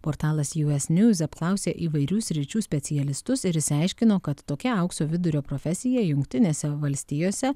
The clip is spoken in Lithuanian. portalas juesnjuz apklausė įvairių sričių specialistus ir išsiaiškino kad tokia aukso vidurio profesija jungtinėse valstijose